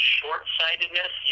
short-sightedness